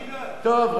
טוב, רצית.